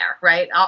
Right